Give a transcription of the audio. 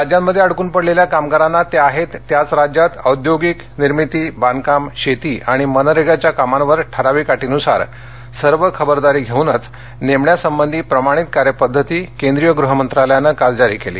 राज्यांमध्ये अडकून पडलेल्या कामगारांना ते आहेत त्याच राज्यात औद्योगिक निर्मिती बांधकाम शेती आणि मनरेगाच्या कामांवर ठराविक अटींनुसार सर्व खबरदारी घेऊनच नेमण्यासंबंधी प्रमाणित कार्यपद्धती केंद्रीय गृह मंत्रालयानं काल जारी केली